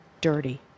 dirty